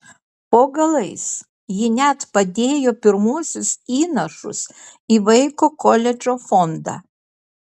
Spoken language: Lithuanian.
po galais ji net padėjo pirmuosius įnašus į vaiko koledžo fondą